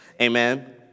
Amen